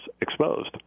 exposed